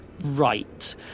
right